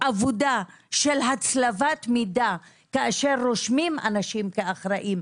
עבודה של הצלבת מידע, כאשר רושמים אנשים כאחראיים,